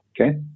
Okay